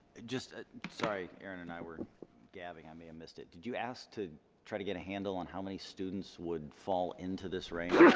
just ah sorry erin and i were gabbing i may have missed it did you ask to try to get a handle on how many students would fall into this range?